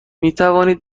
میتواند